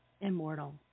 Immortal